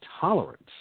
tolerance